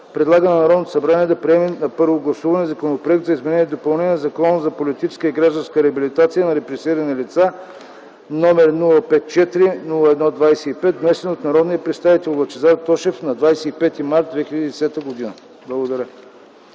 предлага на Народното събрание да приеме на първо гласуване Законопроект за изменение и допълнение на Закона за политическа и гражданска реабилитация на репресирани лица № 054-01-25, внесен от народния представител Лъчезар Тошев на 25 март 2010 г.” Благодаря.